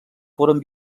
foren